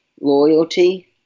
loyalty